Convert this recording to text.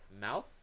mouth